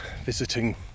visiting